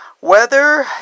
Weather